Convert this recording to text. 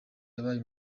yabaye